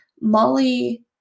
Molly